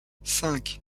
cinq